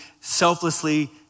selflessly